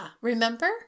remember